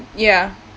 ya